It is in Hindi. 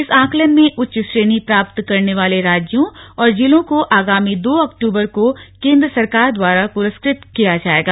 इस आंकलन में उच्च श्रेणी प्राप्त करने वाले राज्यों और जिलों को आगामी दो अक्ट्बर को केंद्र सरकार द्वारा पुरस्कृत किया जायेगा